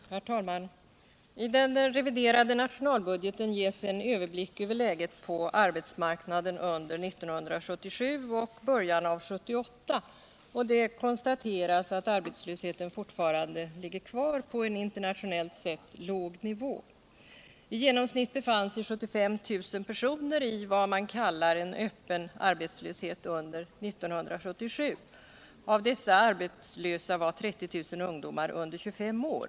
Herr talman! I den reviderade nationalbudgeten ges en överblick över läget på arbetsmarknaden under 1977 och början av 1978, och det konstateras att arbetslösheten fortfarande ligger kvar på en internationellt sett låg nivå. I genomsnitt befann sig 75 000 personer i vad man kallar öppen arbetslöshet under 1977. Av dessa arbetslösa var 30 000 ungdomar under 25 år.